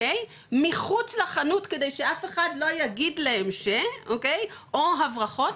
מחוץ לחנות כדי שאף אחד לא יגיד להם ש- או הברחות,